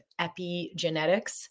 epigenetics